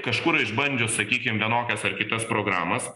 kažkur išbandžius sakykim vienokias ar kitas programas